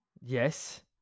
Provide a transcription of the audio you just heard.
Yes